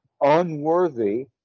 unworthy